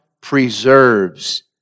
preserves